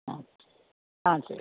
ஆ ஆ சரி